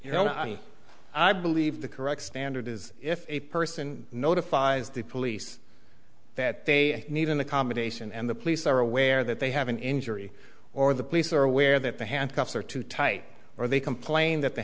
know i i believe the correct standard is if a person notifies the police that they need an accommodation and the police are aware that they have an injury or the police are aware that the handcuffs are too tight or they complain that the